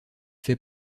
fait